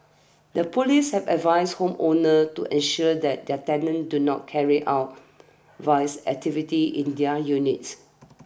the police have advised home owners to ensure that their tenants do not carry out vice activities in their units